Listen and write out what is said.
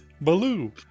Baloo